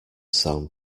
sound